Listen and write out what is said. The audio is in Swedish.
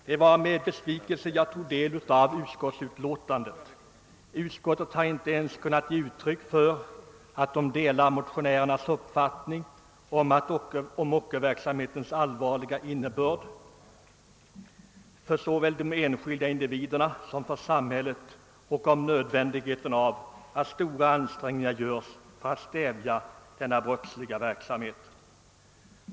Det var med besvikelse jag läste utlåtandet. Utskottet har inte ens kunnat ge uttryck för att man delar den uppfattning som vi motionärer framför om ockerverksamhetens allvarliga innebörd för såväl de enskilda individerna som samhället och om nödvändigheten av att stora ansträngningar görs för att stävja denna brottsliga verksamhet.